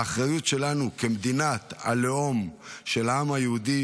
האחריות שלנו כמדינת הלאום של העם היהודי